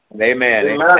Amen